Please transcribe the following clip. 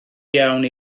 iawn